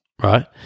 Right